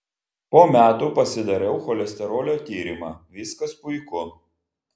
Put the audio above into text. po metų pasidariau cholesterolio tyrimą viskas puiku